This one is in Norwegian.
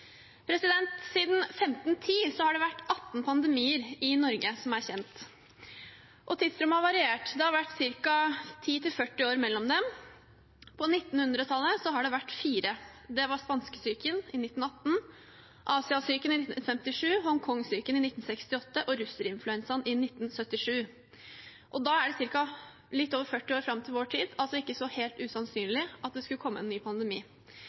Siden 1510 har det vært 18 pandemier i Norge som er kjent. Tidsrommet har variert. Det har vært ca. 10–40 år mellom dem. På 1900-tallet har det vært fire. Det var spanskesyken i 1918, asiasyken i 1957, hongkongsyken i 1968 og russerinfluensaen i 1977. Da er det litt over 40 år fram til vår tid – altså ikke helt usannsynlig at det skulle komme en ny pandemi.